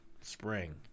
spring